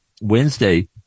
wednesday